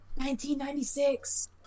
1996